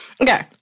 Okay